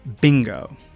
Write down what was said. bingo